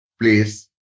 Please